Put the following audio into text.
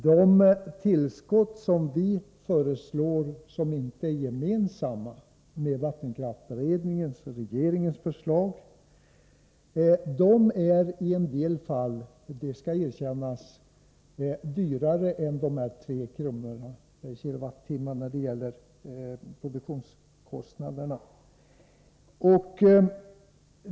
De tillskott som vi föreslår och som inte är gemensamma med vattenkraftsberedningens och regeringens förslag i en del fall, det skall erkännas, är dyrare än 3 kr. per kilowattimme när det gäller produktionskostnaderna.